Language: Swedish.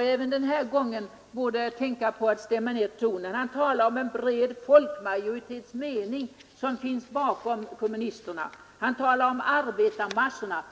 Även den här gången hade herr Lövenborg bort stämma ned tonen. Han talar om en bred folkmajoritets mening bakom kommunisternas inställning och han åberopar sig på ”arbetarmassorna”.